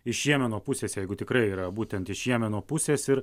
iš jemeno pusės jeigu tikrai yra būtent iš jemeno pusės ir